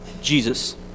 Jesus